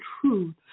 truth